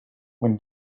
when